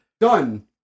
Done